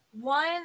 One